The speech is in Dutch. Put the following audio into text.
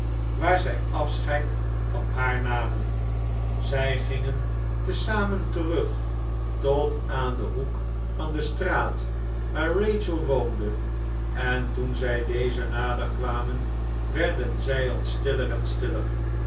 waar zij afscheid van haar namen zy gingen te zamen terug tot aan den hoek van de straat waar rachel woonde en toen zij deze nader kwamen werden zij al stiller en stiller